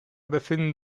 befinden